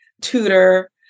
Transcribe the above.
tutor